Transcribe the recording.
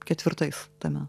ketvirtais tame